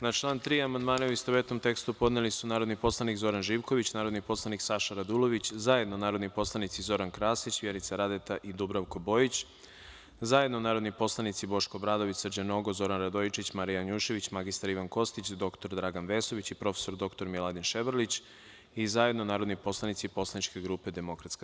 Na član 3. amandmane, u istovetnom tekstu, podneli su narodni poslanik Zoran Živković, narodni poslanik Saša Radulović, zajedno narodni poslanici Zoran Krasić, Vjerica Radeta i Dubravko Bojić, zajedno narodni poslanici Boško Obradović, Srđan Nogo, Zoran Radojičić, Marija Janjušević, mr Ivan Kostić, dr Dragan Vesović i prof. dr Miladin Ševarlić i zajedno narodni poslanici Poslaničke grupe DS.